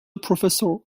professor